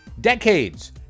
decades